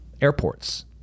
airports